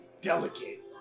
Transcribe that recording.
delicate